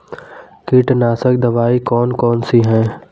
कीटनाशक दवाई कौन कौन सी हैं?